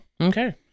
Okay